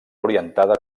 orientada